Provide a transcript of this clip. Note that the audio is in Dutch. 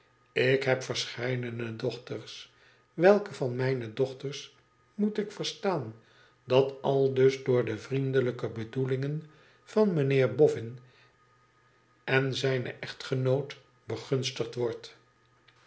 ik heb verscheidene dochters welke van mijne dochters moet ik verstaan dat aldus door de vriendelijke bedoelingen van mijnheer boffin en zijne echtgenoot begimstigd wordt